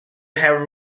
have